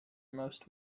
most